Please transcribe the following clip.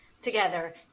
together